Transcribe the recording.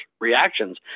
reactions